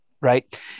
Right